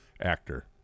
Actor